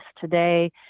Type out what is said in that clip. today